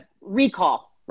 recall